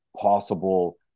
possible